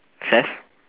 saif